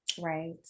Right